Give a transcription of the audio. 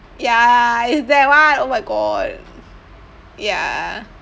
ya it's that one oh my god ya